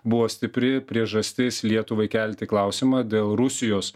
buvo stipri priežastis lietuvai kelti klausimą dėl rusijos